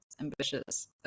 Ambitious